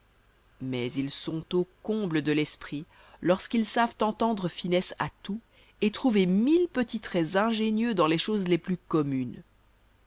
mais ils sont au comble de l'esprit lorsqu'ils savent entendre finesse à tout et trouver mille petits traits ingénieux dans les choses les plus communes